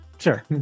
Sure